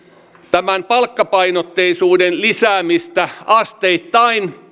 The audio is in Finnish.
tämän palkkapainotteisuuden lisäämistä asteittain